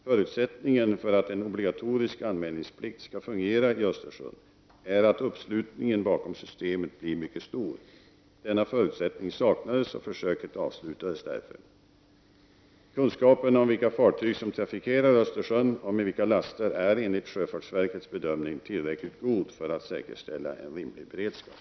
Förutsättningen för att en obligatorisk anmälningsplikt skall fungera i Östersjön är att uppslutningen bakom systemet blir mycket stor. Denna förutsättning saknades, och försöket avslutades därför. Kunskapen om vilka fartyg som trafikerar Östersjön och med vilka laster är enligt sjöfartsverkets bedömning tillräckligt god för att säkerställa en rimlig beredskap.